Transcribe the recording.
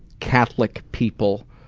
catholic people,